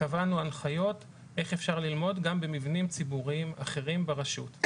קבענו הנחיות איך אפשר ללמוד גם במבנים ציבוריים אחרים ברשות.